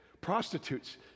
prostitutes